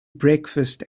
breakfast